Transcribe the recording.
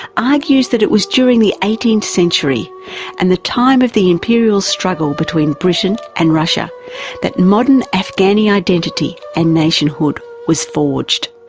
argues that it was during the eighteenth century and the time of the imperial struggle between britain and russia that modern afghani identity and nationhood was forged.